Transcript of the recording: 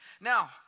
Now